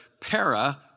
para